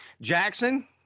Jackson